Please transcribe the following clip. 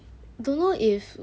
do you know if